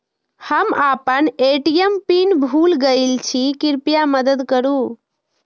हम आपन ATM PIN भूल गईल छी, कृपया मदद करू